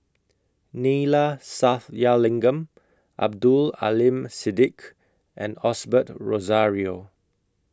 Neila Sathyalingam Abdul Aleem Siddique and Osbert Rozario